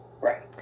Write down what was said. Right